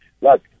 look